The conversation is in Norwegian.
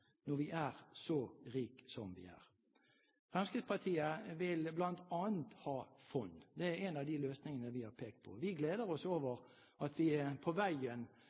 når vi er så rike som vi er. Fremskrittspartiet vil bl.a. ha fond. Det er en av de løsningene vi har pekt på. Vi gleder oss over at vi